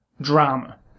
drama